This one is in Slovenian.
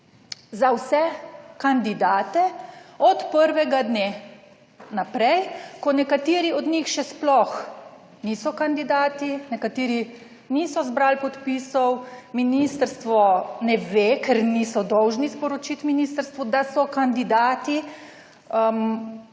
za vse kandidate od prvega dne naprej, ko nekateri od njih še sploh niso kandidati, nekateri niso zbrali podpisov, ministrstvo ne ve, ker niso dolžni sporočiti ministrstvu, da so kandidati.